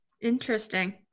Interesting